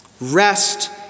Rest